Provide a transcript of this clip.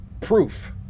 Proof